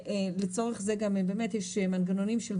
לצורך זה יש מנגנונים,